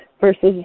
versus